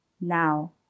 Now